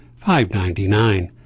$5.99